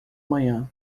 manhã